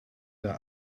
der